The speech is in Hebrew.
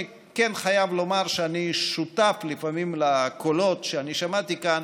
אני כן חייב לומר שאני שותף לפעמים לקולות שאני שמעתי כאן.